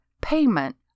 payment